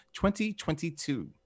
2022